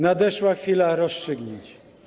Nadeszła chwila rozstrzygnięć.